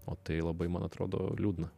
o tai labai man atrodo liūdna